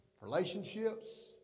relationships